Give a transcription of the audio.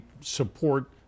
support